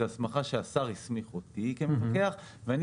זאת הסמכה שהשר הסמיך אותי כמפקח ואני